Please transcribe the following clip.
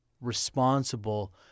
responsible